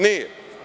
Nije.